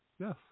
Yes